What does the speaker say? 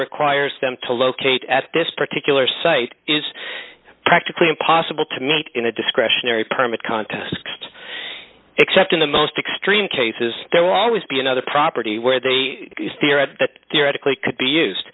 requires them to locate at this particular site is practically impossible to meet in a discretionary permit contest except in the most extreme cases there will always be another property where the spirit that theoretically